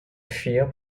fear